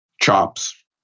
chops